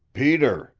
peter,